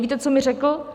Víte, co mi řekl?